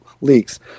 leaks